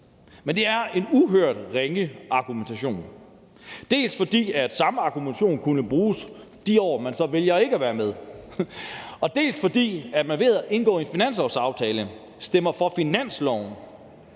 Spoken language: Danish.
men det er en uhørt ringe argumentation, dels fordi den samme argumentation kunne bruges i de år, man så vælger ikke at være med, dels fordi man ved at indgå i en finanslovsaftale stemmer for finansloven